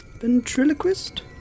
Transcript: ventriloquist